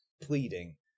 pleading